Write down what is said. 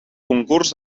concurs